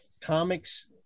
comics